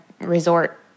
resort